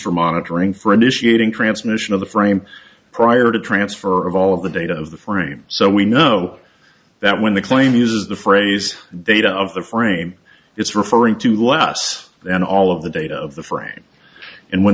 for initiating transmission of the frame prior to transfer of all of the data of the frame so we know that when the claim uses the phrase data of the frame it's referring to less than all of the data of the frame and when